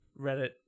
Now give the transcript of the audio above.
Reddit